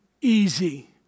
easy